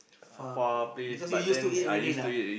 far because you used to it already lah